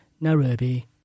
Nairobi